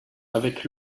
avec